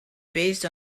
based